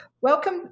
Welcome